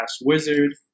wizard